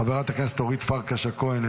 חברת הכנסת אורית פרקש הכהן,